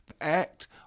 act